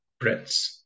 Brits